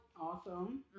Awesome